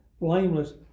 blameless